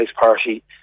party